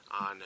on